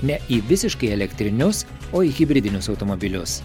ne į visiškai elektrinius o į hibridinius automobilius